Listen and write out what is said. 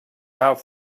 have